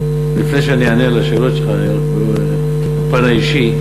לפני שאני אענה על השאלות שלך אני רק אומר בפן האישי: